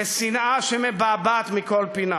לשנאה שמבעבעת מכל פינה.